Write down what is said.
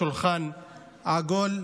שולחן עגול,